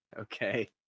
Okay